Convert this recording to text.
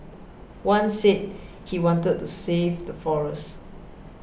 one said he wanted to save the forests